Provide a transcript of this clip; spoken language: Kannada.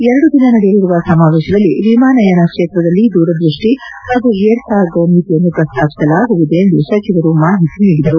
ಎರಡು ದಿನ ನಡೆಯಲಿರುವ ಸಮಾವೇಶದಲ್ಲಿ ವಿಮಾನಯಾನ ಕ್ಷೇತ್ರದಲ್ಲಿ ದೂರದೃಷ್ಟಿ ಹಾಗೂ ಏರ್ ಕಾರ್ಗೊ ನೀತಿಯನ್ನು ಪ್ರಸ್ತಾವಿಸಲಾಗುವುದು ಎಂದು ಸಚಿವರು ಮಾಹಿತಿ ನೀಡಿದರು